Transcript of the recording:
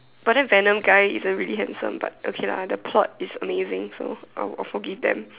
but then Venom guy isn't really handsome but okay lah the plot is amazing so I'll I'll forgive them